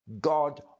God